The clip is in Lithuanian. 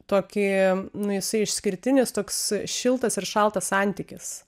tokį nu jisai išskirtinis toks šiltas ir šaltas santykis